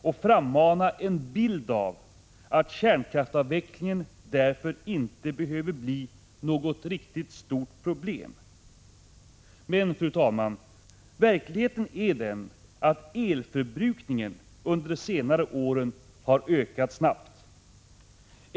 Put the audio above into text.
Hon frammanar en bild av att kärnkraftsavvecklingen därför inte behöver bli något riktigt stort problem. Men, fru talman, verkligheten är att elförbrukningen under de senare åren har ökat snabbt.